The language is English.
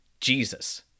Jesus